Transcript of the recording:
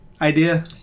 idea